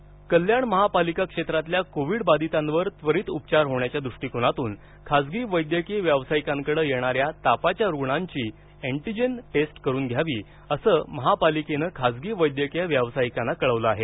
कल्याण विलगीकरण कल्याण महापालिका क्षेत्रातल्या कोविड बाधितांवर त्वरीत उपचार होण्याच्या दृष्टीकोनातून खाजगी वैदयकीय व्यावसायिकांकडे येणाऱ्या तापाच्या रुग्णांची एन्टीजेन टेस्ट करुन घ्यावी असं महापालिकेनं खाजगी वैद्यकीय व्यावसायिकांना कळवलं आहे